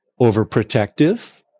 overprotective